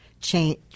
change